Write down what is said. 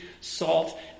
salt